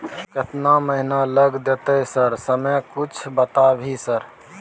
केतना महीना लग देतै सर समय कुछ बता भी सर?